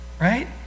right